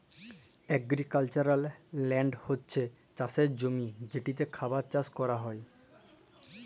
agricultural land হছে চাষের জমি যেটতে খাবার চাষ ক্যরা হ্যয়